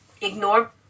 ignore